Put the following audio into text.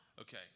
Okay